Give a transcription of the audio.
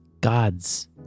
gods